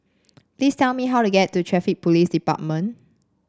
please tell me how to get to Traffic Police Department